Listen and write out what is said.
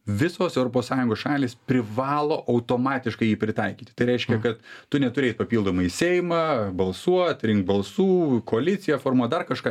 visos europos sąjungos šalys privalo automatiškai jį pritaikyti tai reiškia kad tu neturi eit papildomai į seimą balsuot rinkt balsų koaliciją formuot dar kažką